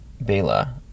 Bela